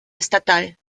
estatal